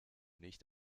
nicht